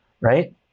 right